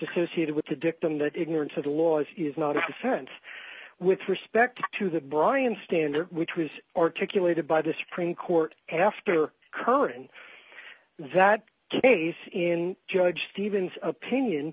associated with the dictum that ignorance of the laws is not a defense with respect to the brian standard which was articulated by the supreme court after current that case in judge stevens opinion